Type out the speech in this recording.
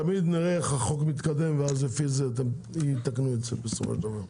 תמיד נראה איך החוק מתקדם ואז לפי זה יתקנו את זה בסופו של דבר.